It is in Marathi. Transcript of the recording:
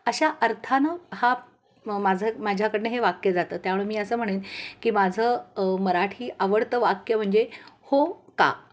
अशा अर्थानं हा माझं माझ्याकडनं हे वाक्य जातं त्यामुळं मी असं म्हणेन की माझं मराठी आवडतं वाक्य म्हणजे हो का